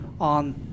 on